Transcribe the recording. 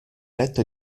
letto